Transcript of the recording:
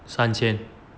三千